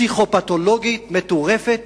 פסיכו-פתולוגית מטורפת,